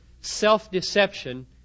self-deception